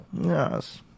Yes